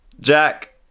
Jack